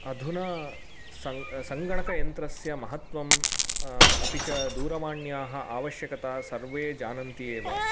अधुना सं सङ्गणकयन्त्रस्य महत्वम् अपि च दूरवाण्याः आवश्यकता सर्वे जानन्ति एव